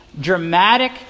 dramatic